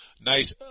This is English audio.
nice